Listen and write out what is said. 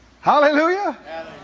hallelujah